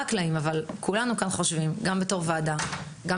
הקלעים אבל כולנו כאן חושבים גם כוועדה וגם